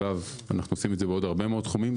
אגב, אנחנו עושים את זה בעוד הרבה מאוד תחומים.